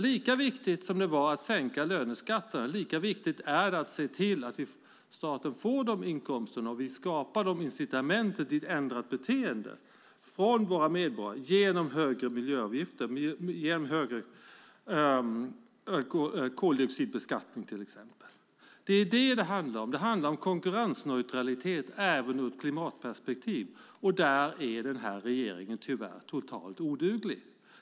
Lika viktigt som det var att sänka löneskatterna, lika viktigt är det att se till att staten får dessa inkomster och att vi skapar incitament för ett ändrat beteende hos våra medborgare genom högre miljöavgifter, till exempel högre koldioxidbeskattning. Det är detta det handlar om. Det handlar om konkurrensneutralitet även ur ett klimatperspektiv, och här är regeringen tyvärr totalt oduglig.